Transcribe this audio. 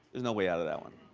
there's no way out of that one.